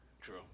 true